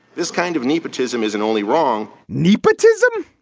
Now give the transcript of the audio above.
this kind of neat autism isn't only wrong nepotism.